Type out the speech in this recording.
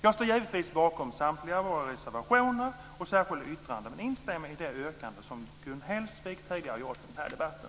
Jag står givetvis bakom samtliga våra reservationer och särskilda yttranden men instämmer i det yrkande som Gun Hellsvik tidigare har gjort i den här debatten.